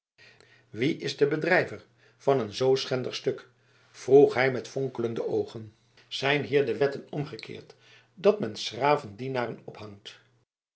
wie is de bedrijver van een zoo schendig stuk vroeg hij met fonkelende oogen zijn hier de wetten omgekeerd dat men s graven dienaren ophangt